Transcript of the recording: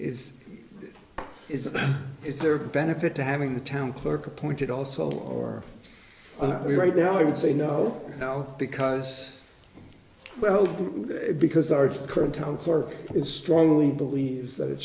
is is is there a benefit to having the town clerk appointed also or we right now i would say no no because well because our current town clerk is strongly believes that it